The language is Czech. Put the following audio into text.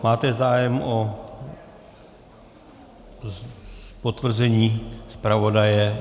Máte zájem o potvrzení zpravodaje?